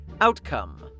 Outcome